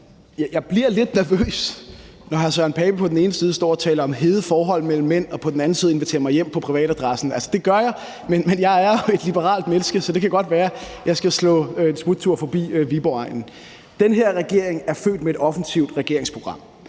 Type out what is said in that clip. bliver lidt nervøs, når hr. Søren Pape Poulsen på den ene side står og taler om hede forhold mellem mænd og på den anden side inviterer mig hjem på privatadressen. Altså, det gør jeg. Men jeg er jo et liberalt menneske, så det kan godt være, jeg skal slå et smut forbi Viborgegnen. Den her regering er født med et offensivt regeringsprogram,